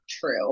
true